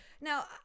Now